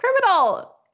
Criminal